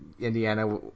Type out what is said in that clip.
Indiana